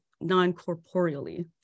non-corporeally